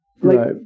Right